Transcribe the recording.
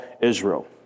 Israel